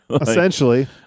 Essentially